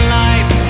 life